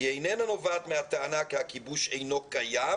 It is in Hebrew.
היא איננה נובעת מהטענה כי הכיבוש אינו קיים,